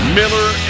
Miller